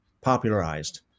popularized